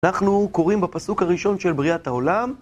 אנחנו קוראים בפסוק הראשון של בריאת העולם.